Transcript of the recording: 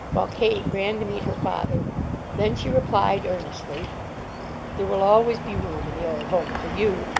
while kate ran to meet her father then she replied, earnestly there will always be room in the old home for you.